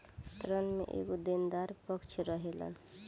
ऋण में एगो देनदार पक्ष रहेलन